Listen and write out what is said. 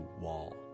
wall